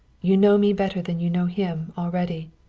you know me better than you know him, already.